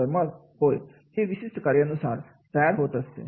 तर मग होय हे विशिष्ट कार्यानुसार तयार होत असते